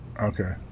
Okay